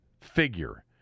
figure